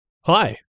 Hi